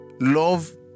love